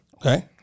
Okay